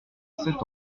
sept